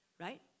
right